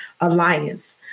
Alliance